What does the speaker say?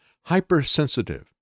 hypersensitive